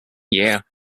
year